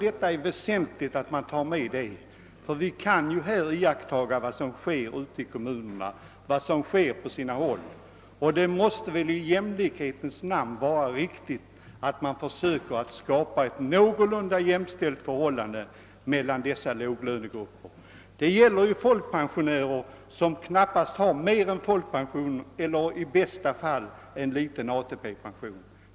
Det är väsentligt att dessa krav tas med i detta sammanhang. När vi iakttar vad som förekommer på sina håll ute i kommunerna måste vi i jämlikhetens namn säga oss att det är riktigt att försöka skapa någorlunda drägliga förhållanden för dessa låglönegrupper. Det gäller folkpensionärer, som har enbart folkpension eller i bästa fall en liten ATP-pension.